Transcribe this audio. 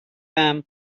them